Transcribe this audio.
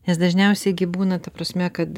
nes dažniausiai gi būna ta prasme kad